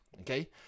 okay